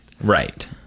Right